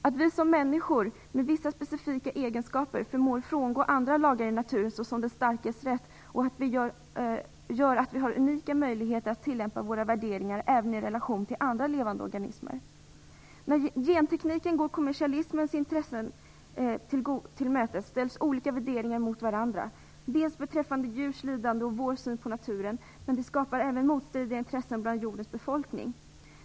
Att vi som människor med vissa specifika egenskaper förmår frångå andra lagar i naturen, såsom den starkes rätt, gör att vi har unika möjligheter att tillämpa våra värderingar även i relation till andra levande organismer. När gentekniken går kommersialismens intressen till mötes ställs olika värderingar mot varandra beträffande djurs lidande och vår syn på naturen, men det skapar även motstridiga intressen bland jordens befolkning.